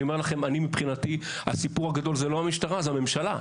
אבל אני אומר לכם שמבחינתי הסיפור הגדול זה לא המשטרה אלא הממשלה.